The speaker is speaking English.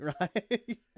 right